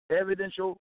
Evidential